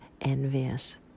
envious